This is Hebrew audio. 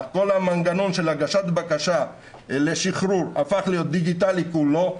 כל המנגנון של הגשת בקשה לשחרור הפך להיות דיגיטלי כולו,